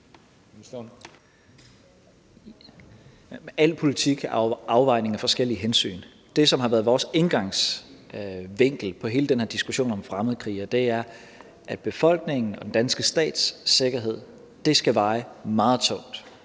al politik er en afvejning af forskellige hensyn. Det, som har været vores indgangsvinkel til hele den her diskussion om fremmedkrigere, er, at befolkningens og den danske stats sikkerhed skal veje meget tungt,